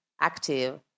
active